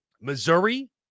Missouri